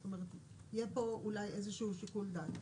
זאת אומרת, יהיה פה אולי איזה שיקול דעת.